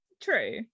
true